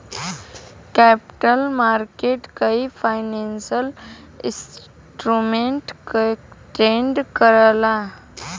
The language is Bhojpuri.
कैपिटल मार्केट कई फाइनेंशियल इंस्ट्रूमेंट ट्रेड करला